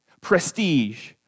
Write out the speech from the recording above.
prestige